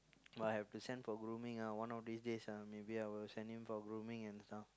but I have to send for grooming ah one of these days ah maybe I will send him for grooming and stuff